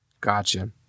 Gotcha